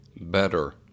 better